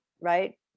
right